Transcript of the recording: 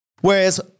Whereas